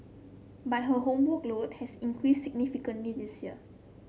but her homework load has increase significantly this year